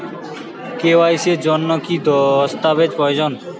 KYC এর জন্যে কি কি দস্তাবেজ প্রয়োজন?